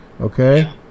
Okay